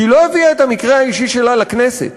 כי היא לא הביאה את המקרה האישי שלה לכנסת.